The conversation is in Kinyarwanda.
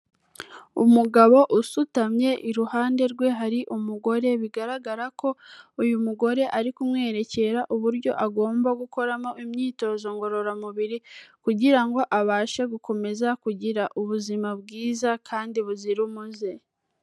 Umugabo usutamye, iruhande rwe hari umugore, bigaragara ko uyu mugore ari kumwerekera uburyo agomba gukoramo imyitozo ngororamubiri, kugira ngo abashe gukomeza kugira ubuzima bwiza, kandi buzira umuze.